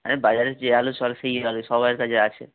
আরে বাজারে যে আলু চলে সেই আলু সবার কাছে আছে